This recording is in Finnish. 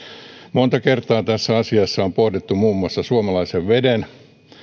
monta kertaa tässä asiassa on pohdittu muun muassa suomalaisen veden